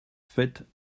faites